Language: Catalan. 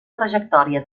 trajectòria